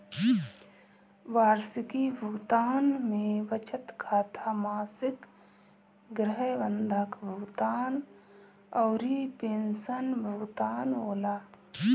वार्षिकी भुगतान में बचत खाता, मासिक गृह बंधक भुगतान अउरी पेंशन भुगतान होला